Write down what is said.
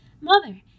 Mother